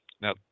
Now